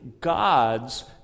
God's